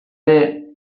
ere